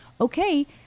Okay